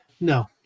no